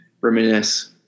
reminisce